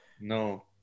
No